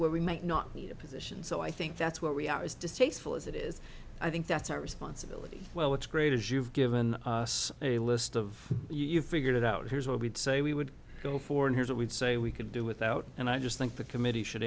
where we might not need a position so i think that's where we are as distasteful as it is i think that's our responsibility well what's great is you've given us a list of you've figured it out here's what we'd say we would go for and here's what we'd say we could do without and i just think the committee should